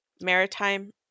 maritime